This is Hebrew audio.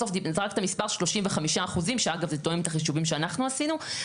בסוף זרקת מספר 35% שאגב זה תואם את החישובים שאנחנו עשינו.